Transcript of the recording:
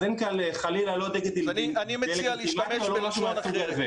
אז אין כאן חלילה לא דה-לגיטימציה או לא משהו מהסוג הזה.